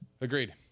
Agreed